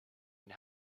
and